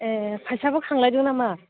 ए फैसाबो खांलायदों नामा